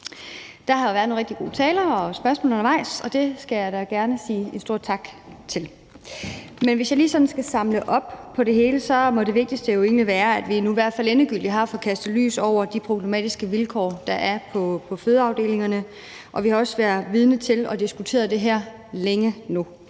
Der har været nogle rigtig gode taler og spørgsmål undervejs, og det vil jeg da gerne sige en stor tak for. Hvis jeg lige sådan skal samle op på det hele, må det vigtigste at sige jo egentlig være, at vi nu endegyldigt har fået kastet lys over de problematiske vilkår, der er på fødeafdelingerne, og vi har også været vidne til det og diskuteret det længe nu.